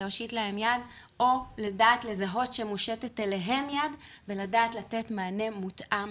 להושיט להם יד או לדעת לזהות שמושטת אליהם יד ולדעת לתת מענה מותאם,